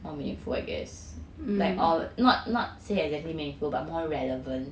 more meaningful I guess like or not not say exactly meaningful but more relevant